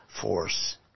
force